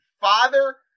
father